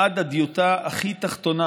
עד הדיוטה הכי תחתונה